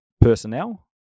personnel